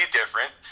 different